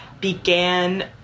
began